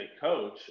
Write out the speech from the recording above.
coach